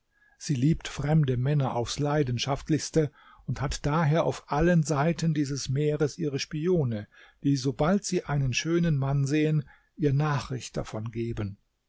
sie liebt fremde männer aufs leidenschaftlichste und hat daher auf allen seiten dieses meeres ihre spione die sobald sie einen schönen mann sehen ihr nachricht davon geben